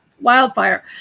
wildfire